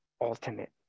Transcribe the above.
ultimate